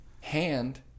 hand